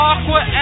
Aqua